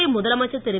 புதுவை முதலமைச்சர் திரு